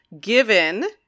given